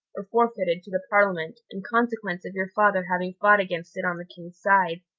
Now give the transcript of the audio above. or forfeited to the parliament, in consequence of your father having fought against it on the king's side.